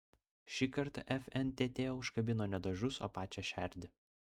šįkart fntt užkabino ne dažus o pačią šerdį